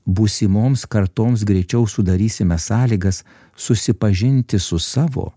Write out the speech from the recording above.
būsimoms kartoms greičiau sudarysime sąlygas susipažinti su savo